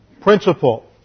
Principle